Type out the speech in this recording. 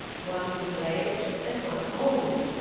one middle-aged and one old,